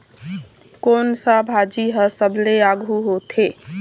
कोन सा भाजी हा सबले आघु होथे?